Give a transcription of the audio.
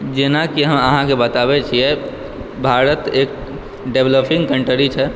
जेनाकि हम अहाँके बताबै छिए भारत एक डेवलपिङ्ग कन्ट्री छै